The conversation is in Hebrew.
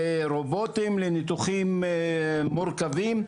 רובוטים לניתוחים מורכבים,